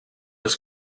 has